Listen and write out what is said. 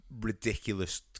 ridiculous